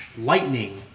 lightning